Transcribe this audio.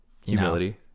humility